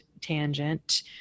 tangent